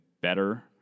better